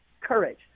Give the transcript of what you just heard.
courage